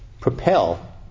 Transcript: Propel